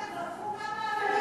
זרקו כמה אבנים,